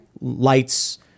lights